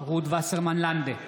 רות וסרמן לנדה,